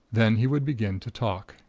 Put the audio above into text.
then he would begin to talk.